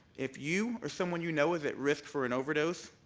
if you or someone you know is at risk for an overdose,